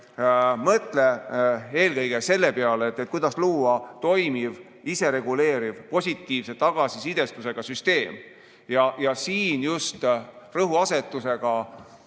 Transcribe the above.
mõtle eelkõige selle peale, kuidas luua toimiv, isereguleeruv, positiivse tagasisidestusega süsteem, just rõhuasetusega